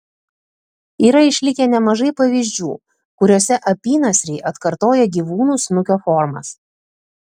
yra išlikę nemažai pavyzdžių kuriuose apynasriai atkartoja gyvūnų snukio formas